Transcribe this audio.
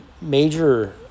major